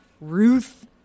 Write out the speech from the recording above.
Ruth